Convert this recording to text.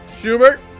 Schubert